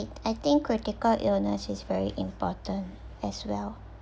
I think critical illness is very important as well